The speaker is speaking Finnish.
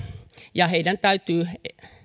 ja heidän täytyy